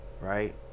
Right